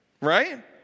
right